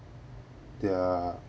their